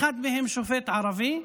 ואחד מהם שופט ערבי,